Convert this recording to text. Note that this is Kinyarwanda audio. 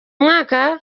mwaka